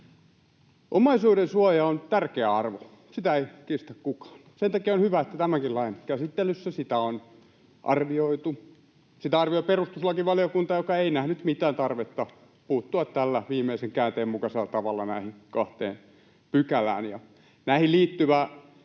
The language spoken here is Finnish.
Omaisuudensuoja on tärkeä arvo. Sitä ei kiistä kukaan. Sen takia on hyvä, että tämänkin lain käsittelyssä sitä on arvioitu. Sitä arvioi perustuslakivaliokunta, joka ei nähnyt mitään tarvetta puuttua tällä viimeisen käänteen mukaisella tavalla näihin kahteen pykälään, ja näihin liittyvä